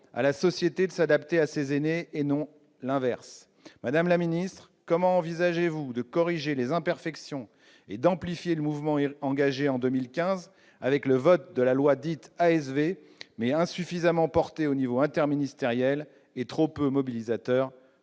à la société de s'adapter à ses aînés, et non l'inverse. Madame la ministre, comment envisagez-vous de corriger les imperfections et d'amplifier le mouvement engagé en 2015 avec le vote de la loi dite ASV, mais insuffisamment porté au niveau interministériel et trop peu mobilisateur